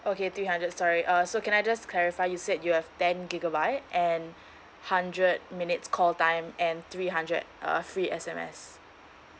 okay three hundred sorry uh so can I just clarify you said you have ten gigabyte and hundred minutes call time and three hundred uh free S_M_S